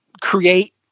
create